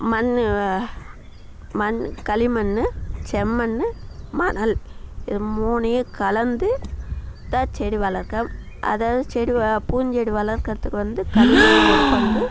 மண் மண் களிமண் செம்மண் மணல் இது மூணையும் கலந்து தான் செடி வளர்க்க அதாவது செடி வளர்க் பூஞ்செடி வளர்க்கிறதுக்கு வந்து களிமண்ணும் ஒரு பங்கு